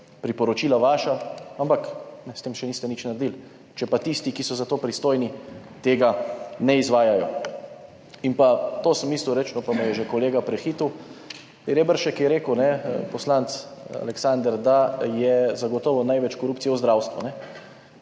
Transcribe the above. priporočila, vaša, ampak s tem še niste nič naredili, če pa tisti, ki so za to pristojni, tega ne izvajajo. In pa, to sem mislil reči, no, pa me je že kolega prehitel. Reberšek je rekel, poslanec, Aleksander, da je zagotovo največ korupcije v zdravstvu,